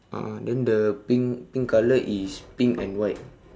a'ah then the pink pink colour is pink and white